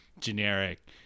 generic